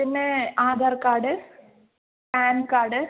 പിന്നെ Aadhaar card PAN card